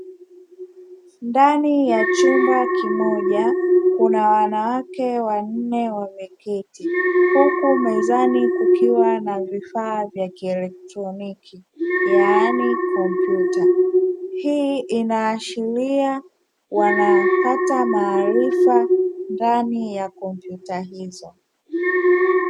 Ndani ya chumba kimoja kuna wanawake wanne wameketi huku mezani kukiwa na vifaa vya kielektroniki yaani kompyuta. Hii inaashiria wanapata maarifa ndani ya kompyuta hizo.